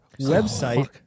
website